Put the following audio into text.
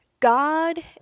God